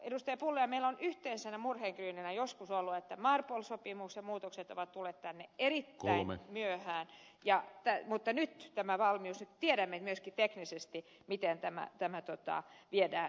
pulliainen meillä on yhteisenä murheenkryyninä joskus ollut että marpol sopimuksen muutokset ovat tulleet tänne erittäin myöhään mutta nyt on tämä valmius nyt tiedämme myöskin teknisesti miten tämä viedään eteenpäin